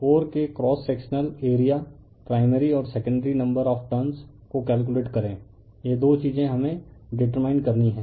core के cross sectional area primary और secondary number of turns को कैलकुलेट करें यह दो चीजें हमें डीटरमाइन करनी हैं